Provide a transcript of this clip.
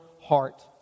heart